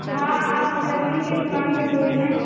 हाँ आप लकड़ी की दुकान से बोल रही हैं